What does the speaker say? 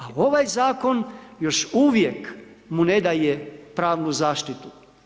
Ali ovaj Zakon još uvijek mu ne daje pravnu zaštitu.